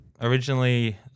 originally